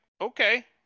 okay